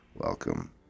Welcome